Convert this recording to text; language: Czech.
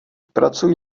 pracuji